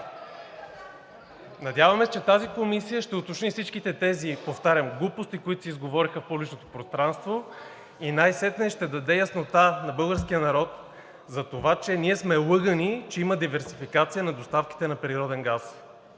Надяваме се, че тази Комисия ще уточни всичките тези, повтарям, глупости, които се изговориха в публичното пространство, и най-сетне ще даде яснота на българския народ за това, че ние сме лъгани, че има диверсификация на доставките на природен газ.